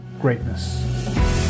greatness